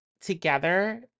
together